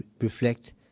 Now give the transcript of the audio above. reflect